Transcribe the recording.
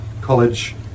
college